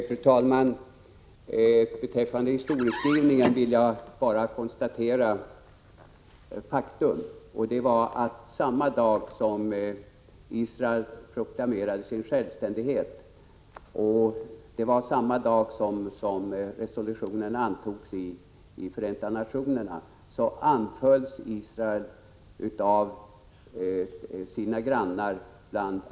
Fru talman! Beträffande historieskrivningen vill jag bara konstatera faktum. Samma dag som Israel proklamerade sin självständighet — det var samma dag som resolutionen antogs i Förenta nationerna — anfölls Israel av sina arabiska grannar.